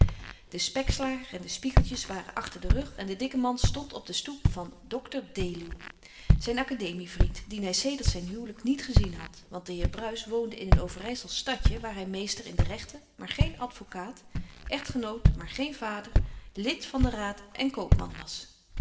de spekslager en de spiegeltjes waren achter den rug en de dikke man stond op de stoep van dr deluw zijn academievriend dien hij sedert zijn huwelijk niet gezien had want de heer bruis woonde in een overijselsch stadje waar hij meester in de rechten maar geen advocaat echtgenoot maar geen vader lid van den raad en koopman was